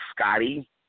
Scotty